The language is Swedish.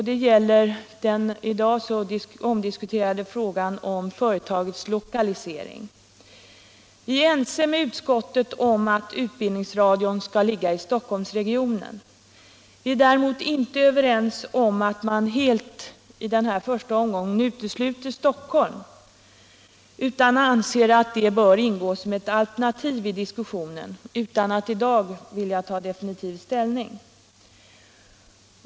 Det gäller den i dag så omdiskuterade frågan om företagets lokalisering. Vi är ense med utskottet om att utbildningsradion skall ligga i Stockholmsregionen. Vi anser däremot inte att man i den här första omgången helt skall utesluta Stockholm, utan vi anser att det bör ingå som ett alternativ i diskussionen — utan att vi i dag vill ta definitiv ställning.